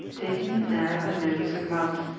taking in air at the nose and mouth,